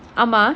ஆமா:aama